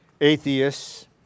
atheists